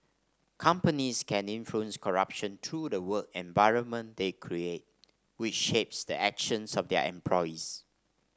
companies can influence corruption through the work environment they create which shapes the actions of their employees